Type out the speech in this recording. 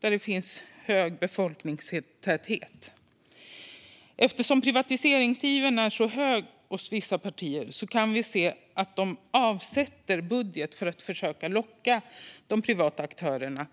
det är hög befolkningstäthet och man kan tjäna pengar. Eftersom privatiseringsivern är så hög hos vissa partier avsätter de budgetmedel för att försöka locka de privata aktörerna.